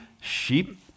sheep